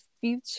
future